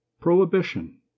Prohibition